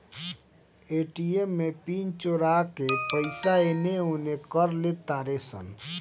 ATM में pin चोरा के पईसा एने ओने कर लेतारे सन